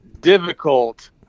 difficult